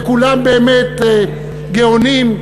וכולם באמת גאונים,